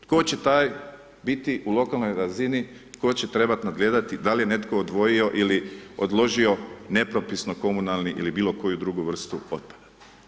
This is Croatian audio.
Tko će taj biti u lokalnoj razini koji će trebati nadgledati da li je netko odvojio ili odložio nepropisano komunalni ili bilokoju drugu vrstu otpada.